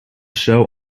show